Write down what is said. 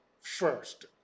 first